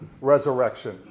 resurrection